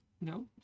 No